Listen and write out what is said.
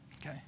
okay